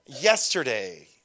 yesterday